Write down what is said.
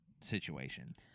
situation